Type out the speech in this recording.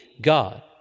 God